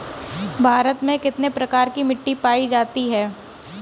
भारत में कितने प्रकार की मिट्टी पायी जाती है?